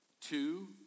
two